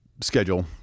schedule